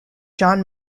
john